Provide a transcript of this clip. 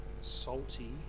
salty